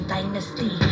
Dynasty